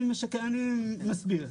אני מסביר.